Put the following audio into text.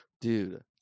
Dude